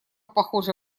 похоже